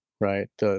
right